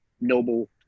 noble